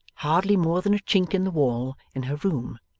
hardly more than a chink in the wall, in her room,